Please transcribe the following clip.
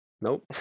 Nope